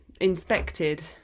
inspected